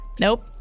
Nope